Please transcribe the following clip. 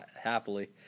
happily